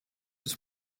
des